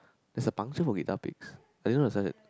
that's a puncture for guitar picks I didn't know such a